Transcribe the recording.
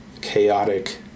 chaotic